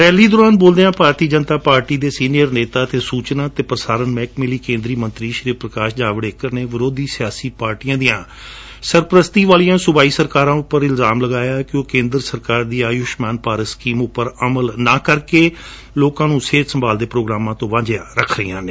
rally ਦੌਰਾਨ ਬੋਲਦਿਆਂ Bharatiya Janata party ਦੇ ਸੀਨੀਅਰ ਨੇਤਾ ਅਤੇ ਸੁਚਨਾ ਅਤੇ ਪ੍ਰਸਾਰਣ ਮਹਿਕਮੇ ਲਈ ਮੰਤਰੀ ਸ਼੍ਰੀ ਪ੍ਰਕਾਸ਼ ਜਾਵਡੇਕਰ ਨੇ ਵਿਰੋਧੀ ਸਿਆਸੀ ਪਾਰਟੀਆਂ ਦਆਿਂ ਸਰਪ੍ਰਸਤੀ ਵਾਲੀਆਂ ਸੂਬਾਈ ਸਰਕਾਰਾਂ ਉਪਰ ਇਲਜਾਮ ਲਗਾਇਆ ਕਿ ਉਹ ਕੇਂਦਰ ਸਰਕਾਰ ਦੀ ਆਯੁਸ਼ਮਾਨ ਭਾਰਤ ਸਕੀਮ ਉਪਏ ਅਮਲ ਨਾ ਕਰਕੇ ਲੋਕਾਂ ਨ੍ਰੰ ਸਿਹਤ ਸੰਭਾਲ ਦੇ ਧੋਗਰਾਮਾਂ ਤੋ ਵਾਂਝਿਆਂ ਰੱਖ ਰਹੀਆਂ ਨੇ